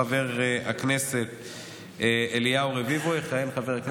איסור על ייצור ושיווק של מוצר עישון בטעם או בריח